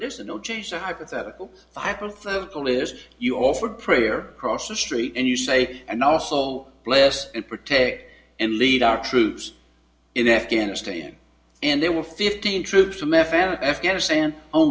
there's no change the hypothetical hypothetical is you offered prayer cross the street and you say and also bless and protect and lead our troops in afghanistan and there were fifteen troops from f l afghanistan o